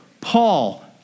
Paul